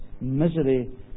misery